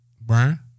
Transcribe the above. Burn